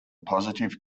positive